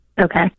Okay